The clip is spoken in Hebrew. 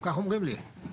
כך אומרים לי.